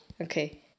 okay